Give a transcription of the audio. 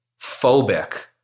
phobic